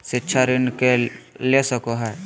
शिक्षा ऋण के ले सको है?